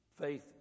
faith